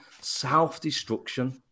self-destruction